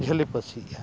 ᱡᱷᱟᱹᱞᱤ ᱯᱟᱹᱥᱤᱜᱼᱟ